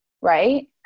right